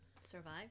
Survive